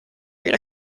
read